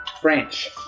French